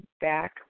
back